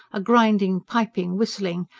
a grinding, piping, whistling,